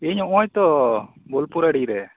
ᱤᱧ ᱱᱚᱜᱼᱚᱭ ᱛᱚ ᱵᱳᱞᱯᱩᱨ ᱟᱲᱤ ᱨᱮ